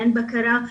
אין בקרה,